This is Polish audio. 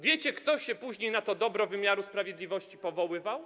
Wiecie, kto się później na to dobro wymiaru sprawiedliwości powoływał?